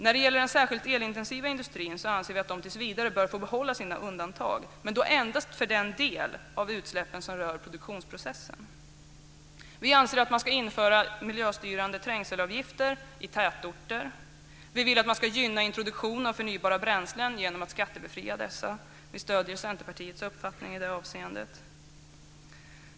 När det gäller den särskilt elintensiva industrin anser vi att den tills vidare bör få behålla sina undantag, men endast för den del av utsläppen som rör produktionsprocessen. Vi anser att man ska införa miljöstyrande trängselavgifter i tätorter. Vi vill att man ska gynna introduktion av förnybara bränslen genom att skattebefria dessa. Vi stöder Centerpartiets uppfattning i det avseendet.